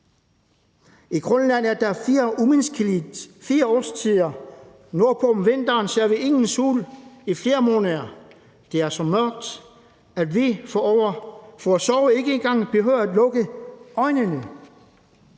I Grønland er der fire umiskendelige årstider. Nordpå om vinteren ser vi ingen sol i flere måneder. Det er så mørkt, at vi for at sove ikke engang behøver at lukke øjnene.